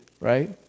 right